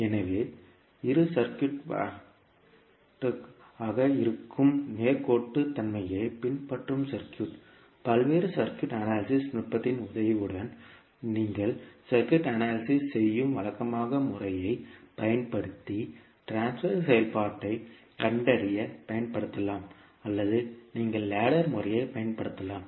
எனவே ஒரு சர்க்யூட்வட்டமாக இருக்கும் நேர்கோட்டுச் தன்மையை பின்பற்றும் சர்க்யூட் பல்வேறு சர்க்யூட் அனாலிசிஸ் நுட்பத்தின் உதவியுடன் நீங்கள் சர்க்யூட் அனாலிசிஸ் செய்யும் வழக்கமான முறையைப் பயன்படுத்தி ட்ரான்ஸ்பர் செயல்பாட்டைக் கண்டறிய பயன்படுத்தலாம் அல்லது நீங்கள் லேடர் முறையைப் பயன்படுத்தலாம்